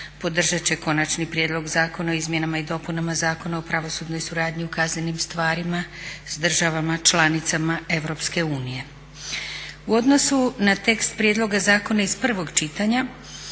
ovakvog konačnog prijedloga zakona o izmjenama i dopunama zakona o pravosudnoj suradnji u kaznenim stvarima sa državama članicama Europske unije. Hvala lijepo. **Zgrebec, Dragica